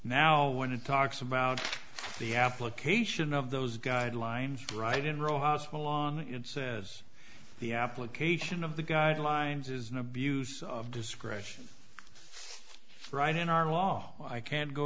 now when it talks about the application of those guidelines right in rojas halong it says the application of the guidelines is an abuse of discretion right in our law i can't go